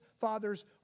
father's